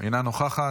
אינה נוכחת.